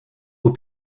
aux